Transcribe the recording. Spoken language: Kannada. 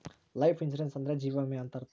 ಲೈಫ್ ಇನ್ಸೂರೆನ್ಸ್ ಅಂದ್ರೆ ಜೀವ ವಿಮೆ ಅಂತ ಅರ್ಥ